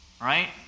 Right